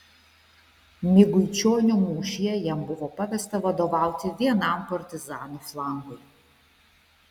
miguičionių mūšyje jam buvo pavesta vadovauti vienam partizanų flangui